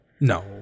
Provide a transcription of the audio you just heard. no